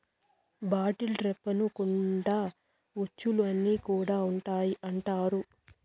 bottle ట్రాప్లను కుండ ఉచ్చులు అని కూడా అంటారు